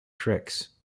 tricks